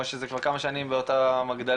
או שזה כבר כמה שנים באותה הגדלים?